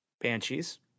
Banshees